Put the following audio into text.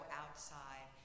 outside